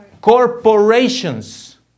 Corporations